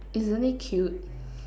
isn't it cute